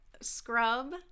scrub